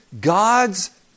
God's